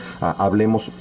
hablemos